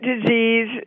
disease